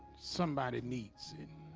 somebody needs it